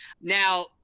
Now